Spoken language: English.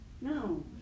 No